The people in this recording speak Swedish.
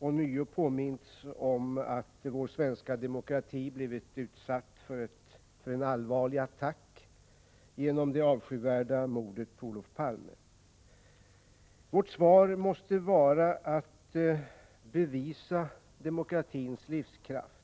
ånyo påmints om att vår svenska demokrati blivit utsatt för en allvarlig attack genom det avskyvärda mordet på Olof Palme. Vårt svar måste vara att bevisa demokratins livskraft.